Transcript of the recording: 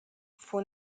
fue